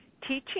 teaching